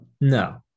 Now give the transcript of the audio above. no